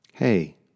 Hey